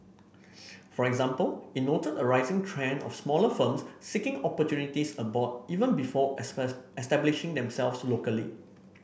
for example it noted a rising trend of smaller firms seeking opportunities abroad even before establishing themselves locally